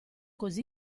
così